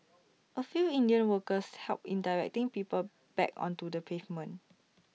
A few Indian workers helped in directing people back onto the pavement